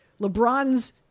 LeBron's